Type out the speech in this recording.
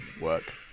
work